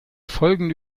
folgende